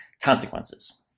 consequences